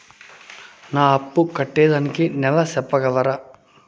నా అప్పు కట్టేదానికి నెల సెప్పగలరా?